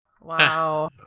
Wow